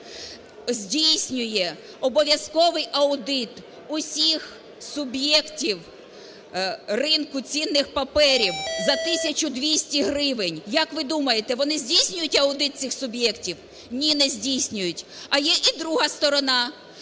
здійснює обов'язковий аудит усіх суб'єктів ринку цінних паперів за 1200 гривень, як ви думаєте, вони здійснюють аудит цих суб'єктів? Ні, не здійснюють. А є і друга сторона.